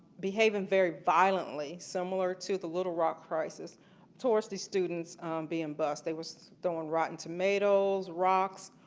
behaving very violently similar to the little rock crisis toward the students being bussed. they were throwing rotten tomatoes, rocks,